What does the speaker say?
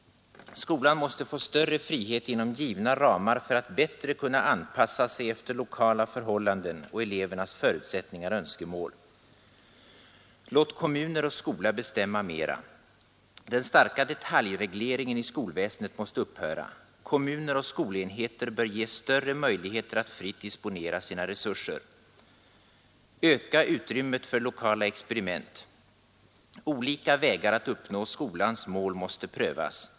Skolan måste få större frihet inom givna ramar för att bättre kunna anpassa sig efter lokala förhållanden och elevernas förutsättningar och önskemål. Låt kommuner och skola bestämma mera. Den starka detaljregleringen i skolväsendet måste upphöra. Kommuner och skolenheter bör ges större möjligheter att fritt disponera sina resurser. Öka utrymmet för lokala experiment. Olika vägar att uppnå skolans mål måste prövas.